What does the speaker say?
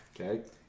Okay